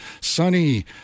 sunny